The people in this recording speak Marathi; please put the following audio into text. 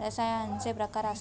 रसायनांचे प्रकार आसत